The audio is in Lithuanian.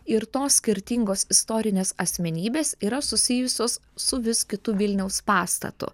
ir tos skirtingos istorinės asmenybės yra susijusios su vis kitu vilniaus pastatu